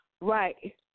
Right